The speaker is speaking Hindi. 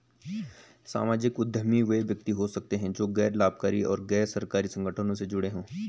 सामाजिक उद्यमी वे व्यक्ति हो सकते हैं जो गैर लाभकारी और गैर सरकारी संगठनों से जुड़े हों